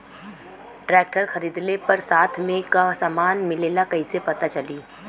Tractor खरीदले पर साथ में का समान मिलेला कईसे पता चली?